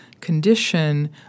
condition